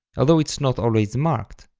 although it's not always marked.